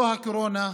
לא הקורונה,